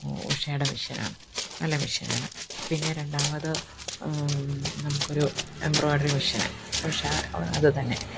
ഊ ഉഷയുടെ മെഷിൻ ആണ് നല്ല മെഷിൻ ആണ് പിന്നെ രണ്ടാമത് നമുക്കൊരു എംബ്രോയഡറി മെഷിന് ഉഷ അത് തന്നെ